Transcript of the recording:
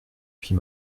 fit